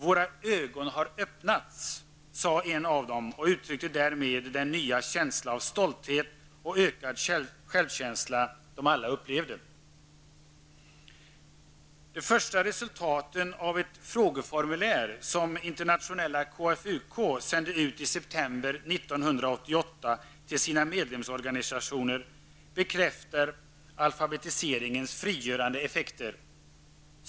''Våra ögon har öppnats'', säger en av dem och uttrycker därmed den nya känsla av stolthet och ökad självkänsla som de alla upplever. De första resultaten av ett frågeformulär, som internationella KFUK sände ut i september 1988 till sina medlemsorganisationer, bekräftar alfabetiseringens frigörande effekter.